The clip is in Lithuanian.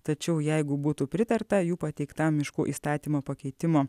tačiau jeigu būtų pritarta jų pateiktam miškų įstatymo pakeitimo